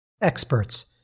Experts